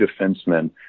defensemen